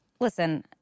listen